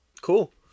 cool